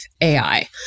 AI